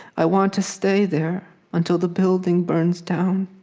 i want to stay there until the building burns down.